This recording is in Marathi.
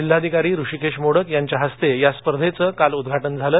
जिल्हाधिकारी हृषीकेश मोडक यांच्या हस्ते या स्पर्धेचं काल उद्घाटन झालं